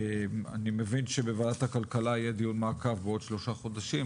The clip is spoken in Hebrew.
אני מבין שבוועדת הכלכלה יהיה דיון מעקב בעוד שלושה חודשים,